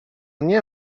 nie